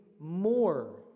more